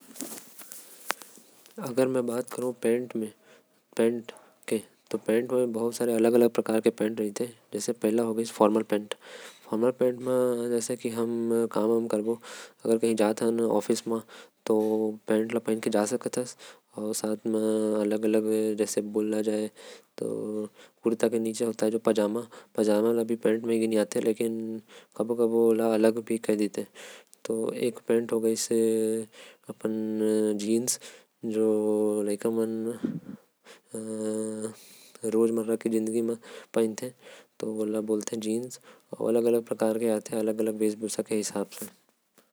पतलून दूसर दूसर समय म अलगे अलग पहिने जाथे। लोग मन जीन्स पहिनथे। जो ओमन के रोज के जिंदगी म काम आथे। लोग मन फॉर्मल पतलून भी पहिनथे। जो दफ्तर जात समय पहेनल जायेल। कुर्ता के साथ लोग मन पायजामा भी पहिनथे।